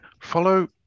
follow